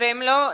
והוא לא נרגע.